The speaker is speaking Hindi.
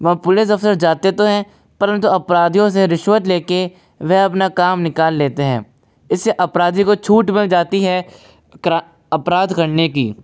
वहाँ पुलिस ऑफिसर जाते तो हैं परंतु अपराधियों से रिश्वत ले कर वह अपना काम निकाल लेते हैं इस से अपराधी को छूट मिल जाती है अपराध करने की